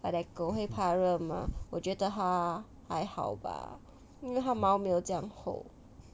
我的狗会怕热吗我觉得它还好吧因为它毛没有这样厚